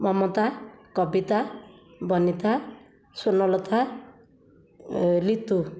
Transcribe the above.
Mamata Kabita Banita Swarnalata Litu